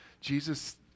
Jesus